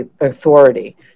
authority